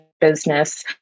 business